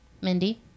Mindy